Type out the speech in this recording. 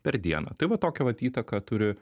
per dieną tai va tokią vat įtaką turi